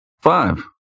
five